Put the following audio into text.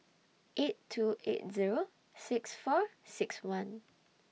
eight two eight Zero six four six one